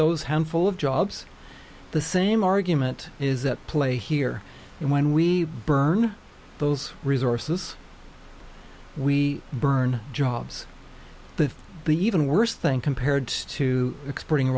those handful of jobs the same argument is that play here and when we burn those resources we burn jobs the the even worse thing compared to exporting